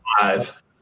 Five